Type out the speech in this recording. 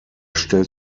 stellt